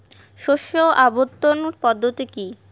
শস্য আবর্তন পদ্ধতি কি?